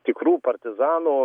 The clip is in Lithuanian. tikrų partizanų